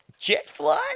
Jetfly